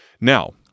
Now